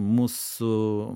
mus su